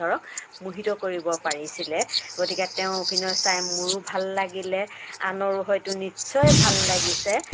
ধৰক মোহিত কৰিব পাৰিছিলে গতিকে তেওঁৰ অভিনয় চাই মোৰো ভাল লাগিলে আনৰো হয়তো নিশ্চয় ভাল লাগিছে